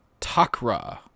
Takra